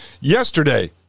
Yesterday